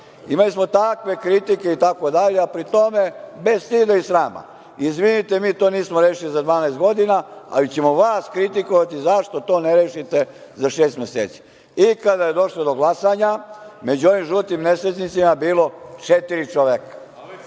Imali smo takve kritike i tako dalje a pri tome bez stida i srama, izvinite mi to nismo rešili za 12 godina, ali ćemo vas kritikovati zašto to ne rešite za šest meseci i kada je došlo do glasanja, među ovim žutim nesrećnicima je bilo četiri čoveka.